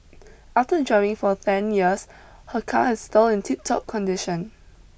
after driving for ten years her car is still in tiptop condition